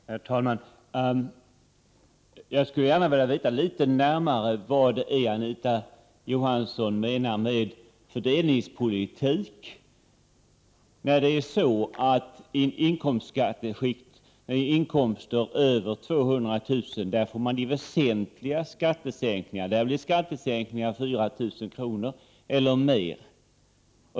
Herr talman! Jag skulle gärna vilja veta vad Anita Johansson menar med fördelningspolitik. Vid inkomster över 200 000 kr. kommer nämligen de stora skattesänkningarna att ske. På denna nivå blir skattesänkningarn 4 000 kr. eller mer.